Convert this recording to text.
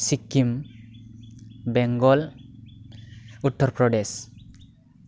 Sikkim Bengal Uttar Pradesh